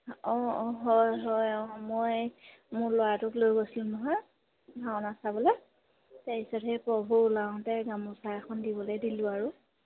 অঁ অঁ হয় হয় অঁ মই মোৰ ল'ৰাটোক লৈ গৈছিলোঁ নহয় ভাওনা চাবলৈ তাৰপিছত সেই প্ৰভু ওলাওঁতে গামোচা এখন দিবলৈ দিলোঁ আৰু